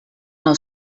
nou